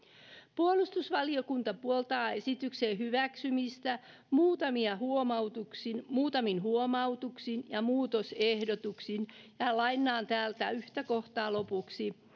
puolustusvaliokunta puoltaa esityksen hyväksymistä muutamin huomautuksin muutamin huomautuksin ja muutosehdotuksin ja lainaan täältä lopuksi yhtä kohtaa mikä